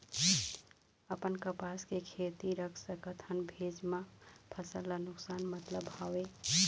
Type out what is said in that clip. अपन कपास के खेती रख सकत हन भेजे मा फसल ला नुकसान मतलब हावे?